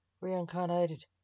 reincarnated